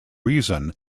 reason